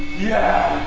yeah!